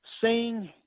sing